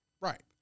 Right